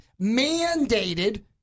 mandated